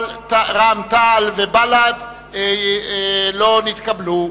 רע"ם-תע"ל ובל"ד לא נתקבלה.